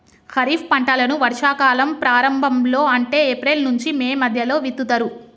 ఖరీఫ్ పంటలను వర్షా కాలం ప్రారంభం లో అంటే ఏప్రిల్ నుంచి మే మధ్యలో విత్తుతరు